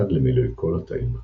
עד למילוי כל התאים בקן.